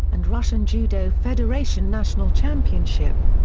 and russian judo federation national championship.